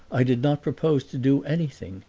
i did not propose to do anything,